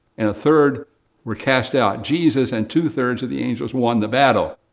and a third were cast out. jesus, and two thirds of the angels won the battle,